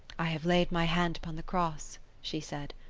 i have laid my hand upon the cross she said.